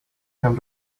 come